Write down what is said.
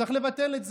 צריך לבטל את זה.